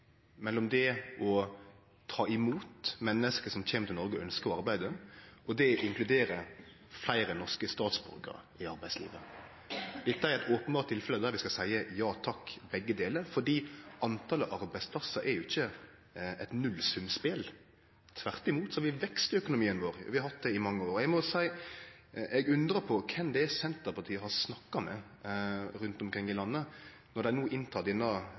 mellom det å ta imot menneske som kjem til Noreg og ønskjer å arbeide, og det å inkludere fleire norske statsborgarar i arbeidslivet. Dette er eit openbert tilfelle der vi skal seie ja takk, begge delar, for talet på arbeidsplassar er jo ikkje eit nullsumspel, tvert imot har vi vekst i økonomien vår, og vi har hatt det i mange år. Eg må seie at eg undrar på kven det er Senterpartiet har snakka med rundt omkring i landet, når dei no har denne